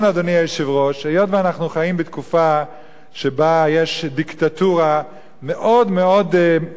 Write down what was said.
היות שאנחנו חיים בתקופה שבה יש דיקטטורה מאוד מאוד מבוזרת,